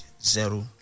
zero